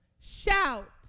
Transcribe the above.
shout